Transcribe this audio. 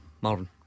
Marvin